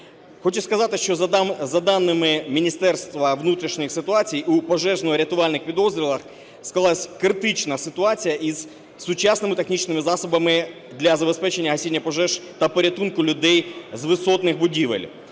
Хочу сказати, що за даними Міністерства внутрішніх ситуацій, у пожежно-рятувальних підрозділах склалась критична ситуація із сучасними технічними засобами для забезпечення гасіння пожеж та порятунку людей з висотних будівель.